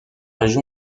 région